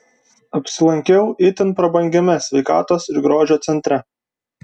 apsilankiau itin prabangiame sveikatos ir grožio centre